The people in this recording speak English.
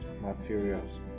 materials